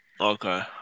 Okay